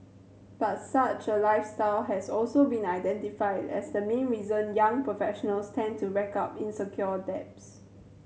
but such a lifestyle has also been identified as the main reason young professionals tend to rack up unsecured debts